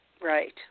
Right